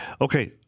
Okay